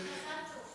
מזל טוב.